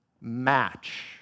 match